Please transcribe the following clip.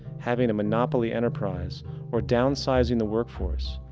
having a monopoly enterprise or downsizing the workforce,